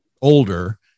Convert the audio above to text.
older